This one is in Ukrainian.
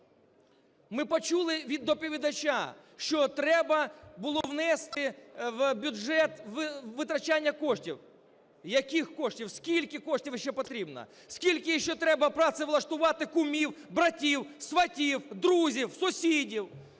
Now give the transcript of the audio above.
Ми почули від доповідача, що треба було внести в бюджет витрачання коштів. Яких коштів? Скільки коштів іще потрібно? Скільки іще треба працевлаштувати кумів, братів, сватів, друзів, сусідів?